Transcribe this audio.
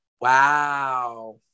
Wow